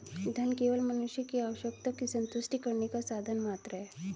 धन केवल मनुष्य की आवश्यकताओं की संतुष्टि करने का साधन मात्र है